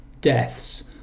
deaths